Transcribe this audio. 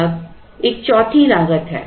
अब एक चौथी लागत है